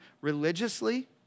religiously